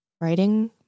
writing